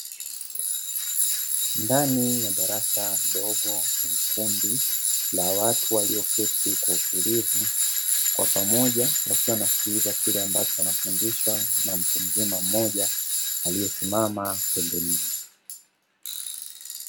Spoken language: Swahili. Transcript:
Ndani ya darasa dogo kundi la watu walioketi kwa utulivu kwa pamoja, wakiwa wana sikiliza kile ambacho wanafundishwa na mtu mzima mmoja aliyesimama pembeni yao.